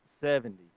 seventy